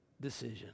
decision